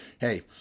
Hey